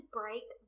break